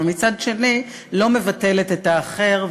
ומצד שני לא מבטלת את האחר,